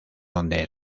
donde